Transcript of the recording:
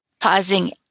pausing